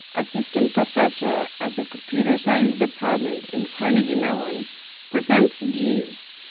assistant professor at the computer science department in carnegie mellon presents jeeves,